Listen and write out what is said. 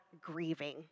grieving